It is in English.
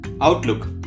Outlook